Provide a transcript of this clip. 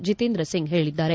ಜಿತೇಂದ್ರಸಿಂಗ್ ಹೇಳಿದ್ದಾರೆ